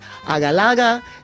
Agalaga